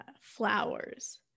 flowers